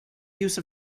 use